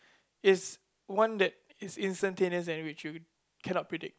is one that is instantaneous and which you cannot predict